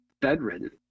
bedridden